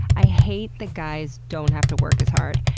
i hate that guys don't have to work as hard.